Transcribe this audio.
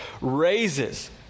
raises